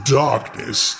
darkness